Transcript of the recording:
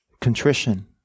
contrition